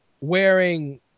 wearing